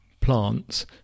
plants